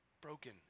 broken